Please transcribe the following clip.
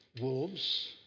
wolves